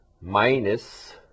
minus